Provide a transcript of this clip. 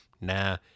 nah